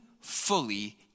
fully